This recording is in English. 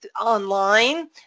online